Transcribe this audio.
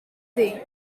seen